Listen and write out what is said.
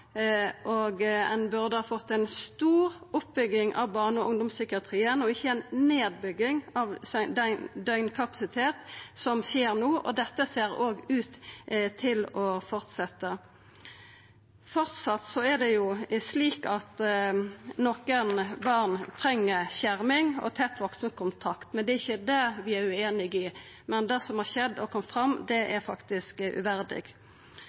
og ein burde ha fått ei stor oppbygging av barne- og ungdomspsykiatrien, ikkje den nedbygginga av døgnkapasitet som skjer no. Dette ser òg ut til å fortsetja. Framleis er det slik at nokre barn treng skjerming og tett vaksenkontakt. Det er ikkje det vi er ueinige i. Men det som har skjedd og kome fram, er faktisk uverdig.